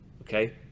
Okay